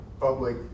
public